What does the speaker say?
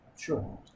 Sure